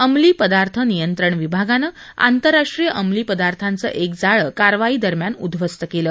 अंमली पदार्थ नियंत्रण विभागानं आंतरराष्ट्रीय अंमली पदार्थांचं एक जाळं कारवाईदरम्यान उध्वस्त केलं